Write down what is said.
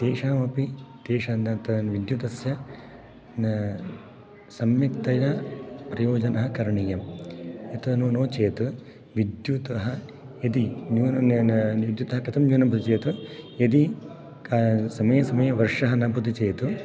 तेषामपि तेषा न त विद्युतस्य न सम्यक्तया प्रयोजनं करणीयं एतनु नो चेत् विद्युतः यदि न्यूननेन निद्युतः कथं जनं यदि का समये समये वर्षः न भवति चेत्